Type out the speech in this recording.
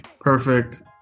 Perfect